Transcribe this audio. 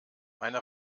meine